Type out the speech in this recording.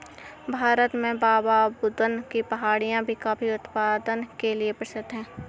भारत में बाबाबुदन की पहाड़ियां भी कॉफी के उत्पादन के लिए प्रसिद्ध है